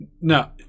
No